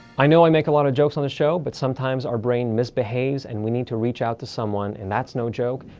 i know i make a lot of jokes on the show, but sometimes, our brain misbehaves and we need to reach out to someone, and that's no joke.